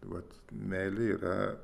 vat meilė yra